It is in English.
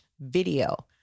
video